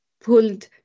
pulled